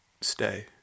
stay